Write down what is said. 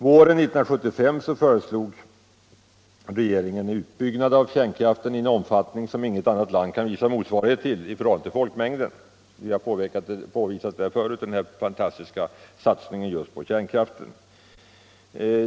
Våren 1975 föreslog regeringen en utbyggnad av kärnkraften i en omfattning som inget annat land kan uppvisa motsvarighet till i förhållande till folkmängden. Vi har tidigare påtalat den här fantastiska satsningen just på kärnkraften.